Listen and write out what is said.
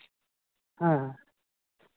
ᱦᱮᱸ